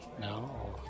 No